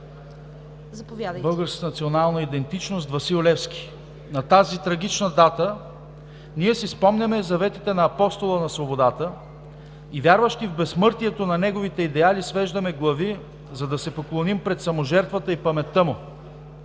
българската национална идентичност Васил Левски. На тази трагична дата ние си спомняме заветите на Апостола на свободата и, вярващи в безсмъртието на неговите идеали, свеждаме глави, за да се поклоним пред саможертвата и паметта му.